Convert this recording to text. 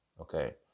okay